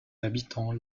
habitants